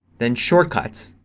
then shortcuts,